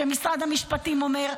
כשמשרד המשפטים אומר,